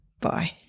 Bye